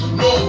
no